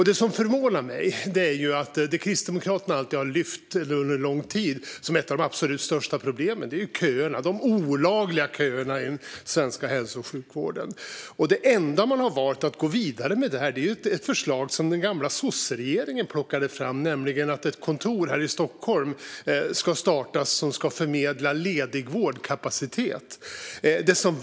Det som förvånar mig är att det som Kristdemokraterna alltid under lång tid har lyft som ett av de absolut största problemen är köerna - de olagliga köerna i den svenska hälso och sjukvården. Men det enda man har valt att gå vidare med är ett förslag som den gamla sosseregeringen plockade fram, nämligen att det ska startas ett kontor här i Stockholm som ska förmedla ledig vårdkapacitet.